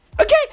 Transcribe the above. Okay